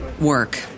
work